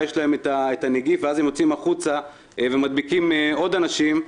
הם נושאים את הנגיף מלצאת החוצה ולהדביק אנשים אחרים,